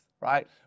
right